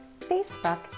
Facebook